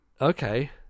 Okay